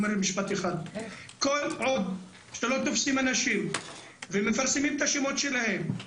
כל עוד שלא תופסים אנשים ומפרסמים את השמות שלהם,